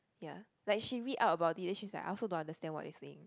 ya like she read up about it then she's like I also don't understand what they say